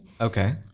Okay